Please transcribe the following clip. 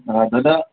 অ' দাদা